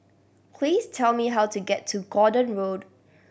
please tell me how to get to Gordon Road